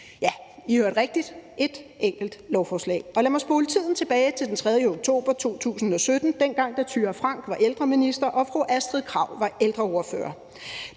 Ja, I hørte rigtigt: Ét enkelt lovforslag. Lad mig spole tiden tilbage til den 3. oktober 2017, dengang fru Thyra Frank var ældreminister og fru Astrid Krag var ældreordfører.